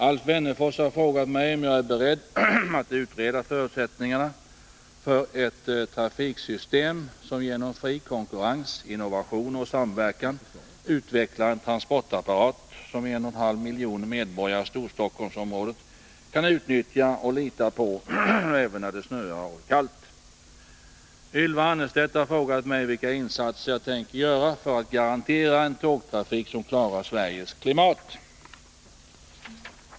Alf Wennerfors har frågat mig om jag är beredd att utreda förutsättningarna för ett trafiksystem som genom fri konkurrens, innovationer och samverkan utvecklar en transportapparat som 1,5 miljoner medborgare i Storstockholmsområdet kan utnyttja och lita på även när det snöar och är kallt. Ylva Annerstedt har frågat mig vilka insatser jag tänker göra för att garantera en tågtrafik som klarar Sveriges klimat.